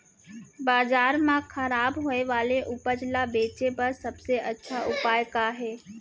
बाजार मा खराब होय वाले उपज ला बेचे बर सबसे अच्छा उपाय का हे?